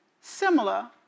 Similar